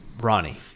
Ronnie